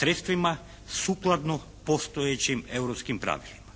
sredstvima sukladno postojećim europskim pravilima.